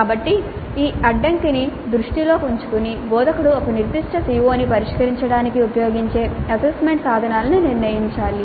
కాబట్టి ఈ అడ్డంకిని దృష్టిలో ఉంచుకుని బోధకుడు ఒక నిర్దిష్ట CO ని పరిష్కరించడానికి ఉపయోగించే అసెస్మెంట్ సాధనాలను నిర్ణయించాలి